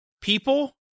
people